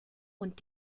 und